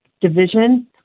division